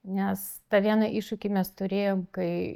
nes tą vieną iššūkį mes turėjom kai